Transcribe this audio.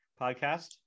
podcast